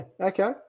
Okay